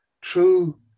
true